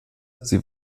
sie